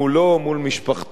מול משפחתו,